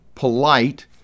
polite